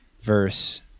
verse